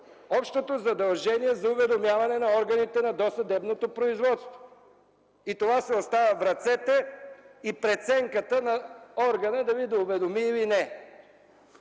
общото задължение за уведомяване на органите на досъдебното производство? И това си остава в ръцете и преценката на органа – дали да уведоми, или не.